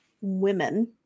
women